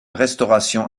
restauration